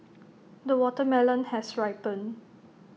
the watermelon has ripened